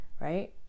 right